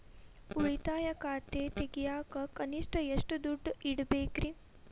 ಉಳಿತಾಯ ಖಾತೆ ತೆಗಿಯಾಕ ಕನಿಷ್ಟ ಎಷ್ಟು ದುಡ್ಡು ಇಡಬೇಕ್ರಿ?